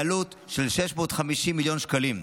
בעלות של 650 מיליון שקלים.